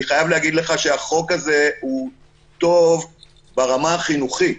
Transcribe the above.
החוק הזה טוב ברמה החינוכית,